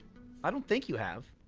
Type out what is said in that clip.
i don't think you have